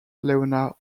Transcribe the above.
leonard